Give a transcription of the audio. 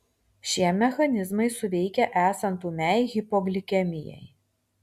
šie mechanizmai suveikia esant ūmiai hipoglikemijai